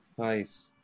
Nice